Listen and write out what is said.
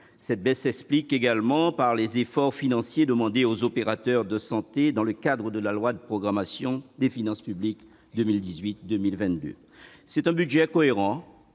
Cette baisse s'explique également par les efforts financiers demandés aux opérateurs de santé dans le cadre de la loi de programmation des finances publiques pour les années 2018 à 2022. C'est un budget cohérent